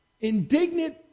indignant